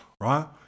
right